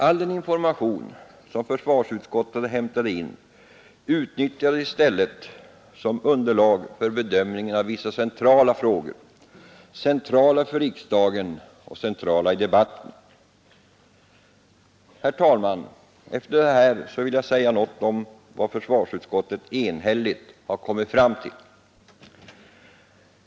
All den information som försvarsutskottet hämtade in utnyttjades i stället som underlag för bedömning av vissa centrala frågor, centrala för riksdagen och centrala för debatten. Efter detta, herr talman skall jag säga något om vad försvarsutskottet — enhälligt — har kommit fram till.